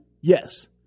Yes